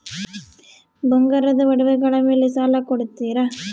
ಬಂಗಾರದ ಒಡವೆಗಳ ಮೇಲೆ ಸಾಲ ಕೊಡುತ್ತೇರಾ?